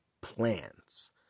plans